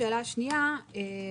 השאלה השנייה היא: